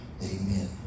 amen